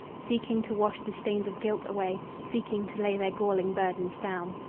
seeking to wash the stains of guilt away, seeking to lay their galling burdens down.